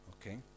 Okay